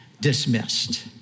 dismissed